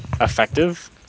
effective